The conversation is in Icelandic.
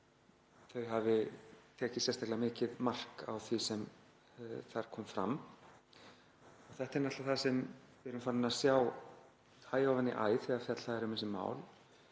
þau hafi tekið sérstaklega mikið mark á því sem þar kom fram. Þetta er náttúrlega það sem við erum farin að sjá æ ofan í æ þegar fjallað er um þessi mál,